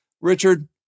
Richard